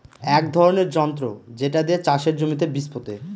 এক ধরনের যন্ত্র যেটা দিয়ে চাষের জমিতে বীজ পোতে